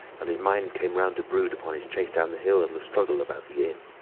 and his mind came round to brood upon his chase down the hill and the struggle about the inn.